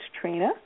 Trina